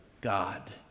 God